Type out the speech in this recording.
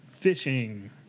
Fishing